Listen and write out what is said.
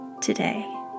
today